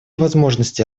возможностей